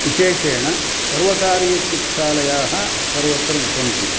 विशेषेण सर्वकारीयचिकित्सालयाः सर्वत्र न सन्ति